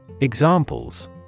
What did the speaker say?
Examples